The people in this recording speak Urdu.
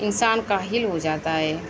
انسان کاہل ہو جاتا ہے